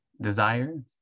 desire